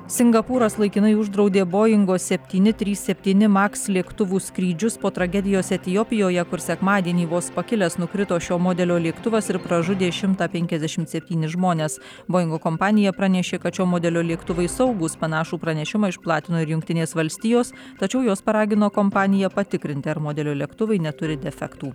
singapūras laikinai uždraudė boingo septyni trys septyni maks lėktuvų skrydžius po tragedijos etiopijoje kur sekmadienį vos pakilęs nukrito šio modelio lėktuvas ir pražudė šimta penkiasdešim septyinis žmones boingo kompanija pranešė kad šio modelio lėktuvai saugūs panašų pranešimą išplatino ir jungtinės valstijos tačiau jos paragino kompaniją patikrinti ar modelio lėktuvai neturi defektų